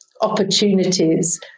opportunities